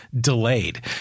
delayed